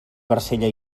barcella